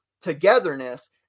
togetherness